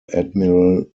admiral